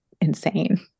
insane